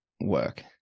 work